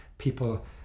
people